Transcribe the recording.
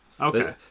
Okay